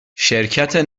شرکت